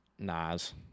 Nas